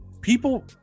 people